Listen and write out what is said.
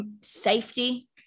safety